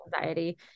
anxiety